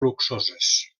luxoses